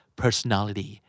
personality